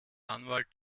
anwalt